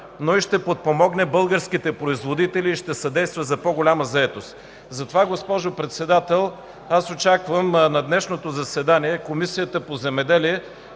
но ще подпомогне българските производители и ще съдейства за по-голяма заетост. Госпожо Председател, очаквам на днешното заседание Комисията по земеделие